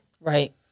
Right